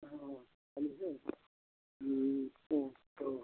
हाँ खाली है तो